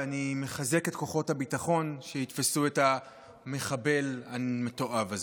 ואני מחזק את כוחות הביטחון שיתפסו את המחבל המתועב הזה.